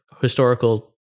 historical